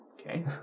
Okay